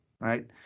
right